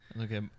Okay